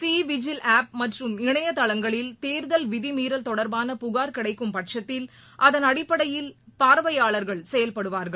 சிவிஜில் app மற்றும் இணையதளங்களில் தேர்தல் விதிமீறல் தொட்ர்பான புகார் கிடைக்கும் பட்சத்தில் அதன் அடிப்படையில் பார்வையாளர்கள் செயல்படுவார்கள்